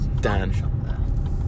Dan